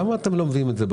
ה